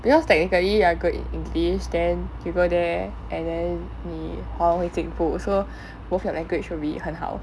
because technically you are good in english then people there and then 你华文进步 so both your language will be 很好